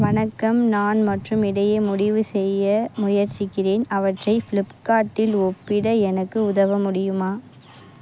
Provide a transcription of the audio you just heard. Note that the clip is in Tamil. வணக்கம் நான் மற்றும் இடையே முடிவு செய்ய முயற்சிக்கிறேன் அவற்றை ஃப்ளிப்கார்ட்டில் ஒப்பிட எனக்கு உதவ முடியுமா